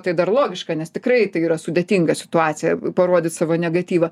tai dar logiška nes tikrai tai yra sudėtinga situacija parodyt savo negatyvą